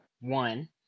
one